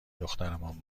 دخترمان